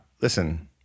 listen